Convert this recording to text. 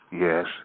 yes